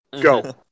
Go